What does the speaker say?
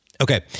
Okay